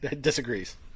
disagrees